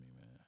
man